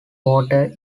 water